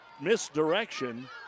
misdirection